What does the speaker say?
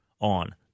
on